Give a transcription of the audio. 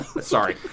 Sorry